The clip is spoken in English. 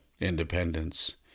independence